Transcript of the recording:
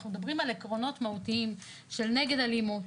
אנחנו מדברים על עקרונות מהותיים של נגד אלימות,